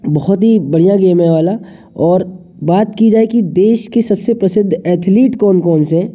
बहुत ही बढ़िया गेम है ये वाला और बात की जाए की देश की सबसे प्रसिद्ध एथलीट कौन कौन से हैं